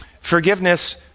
Forgiveness